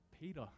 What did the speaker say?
Peter